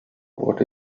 what